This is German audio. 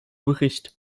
bericht